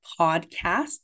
podcast